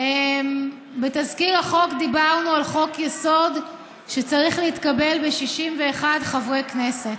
בתזכיר החוק דיברנו על חוק-יסוד שצריך להתקבל ב-61 חברי כנסת.